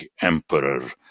emperor